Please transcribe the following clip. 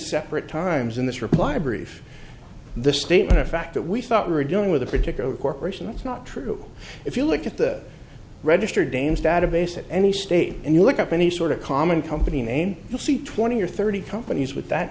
separate times in this reply brief this statement of fact that we thought we were doing with a particular corporation that's not true if you look at the register dames database at any state and you look up any sort of common company name you'll see twenty or thirty companies with that